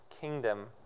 kingdom